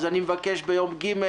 אז אני מבקש ביום ג',